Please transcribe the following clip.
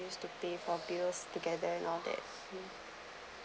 used to pay for bills together and all that